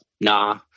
nah